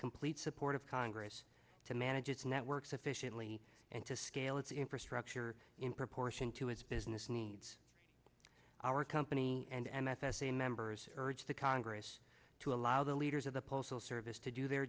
complete support of congress to manage its network sufficiently and to scale its infrastructure in proportion to its business needs our company and m f s a members urge the congress to allow the leaders of the postal service to do their